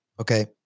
okay